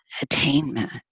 attainment